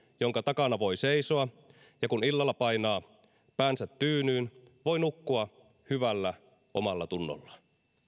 jonka takana voi seisoa ja kun illalla painaa päänsä tyynyyn voi nukkua hyvällä omallatunnolla